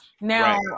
Now